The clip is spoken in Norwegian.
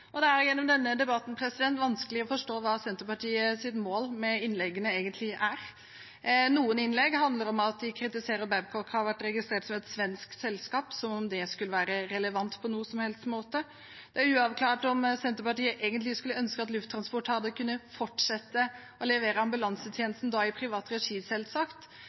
mulig. Det har gjennom denne debatten vært vanskelig å forstå hva Senterpartiets mål med innleggene egentlig er. Noen innlegg handler om at de kritiserer at Babcock har vært registrert som et svensk selskap – som om det skulle være relevant på noen som helst måte. Det er uavklart om Senterpartiet egentlig skulle ønske at Lufttransport hadde kunnet fortsette å levere ambulansetjenesten – da i privat regi, selvsagt.